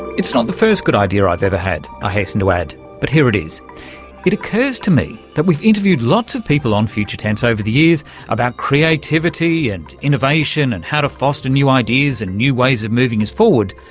it's not the first good idea i've ever had, i ah hasten to add, but here it is it occurs to me that we've interviewed lots of people on future tense over the years about creativity and innovation and how to foster new ideas and new ways of moving us forward.